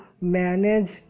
manage